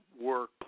work